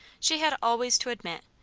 she had always to admit,